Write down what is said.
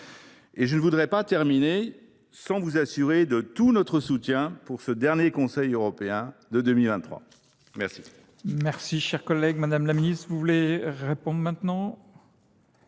je ne veux pas terminer sans vous assurer de tout notre soutien pour ce dernier Conseil européen de 2023. La